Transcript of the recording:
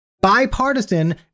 bipartisan